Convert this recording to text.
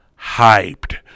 hyped